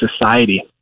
society